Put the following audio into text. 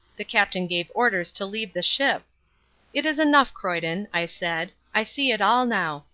the captain gave orders to leave the ship it is enough, croyden, i said, i see it all now.